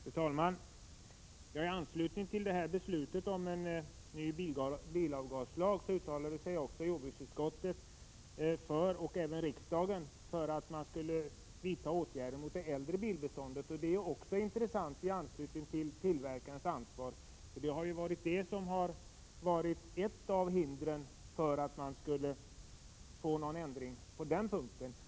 Fru talman! I anslutning till beslutet om ny bilavgaslag uttalade sig jordbruksutskottet och även riksdagen för att man skulle vidta åtgärder mot det äldre bilbeståndet. Det är också intressant med tanke på tillverkarens ansvar. Detta har varit ett av hindren för att man skulle få någon ändring på denna punkt.